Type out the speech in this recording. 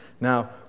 Now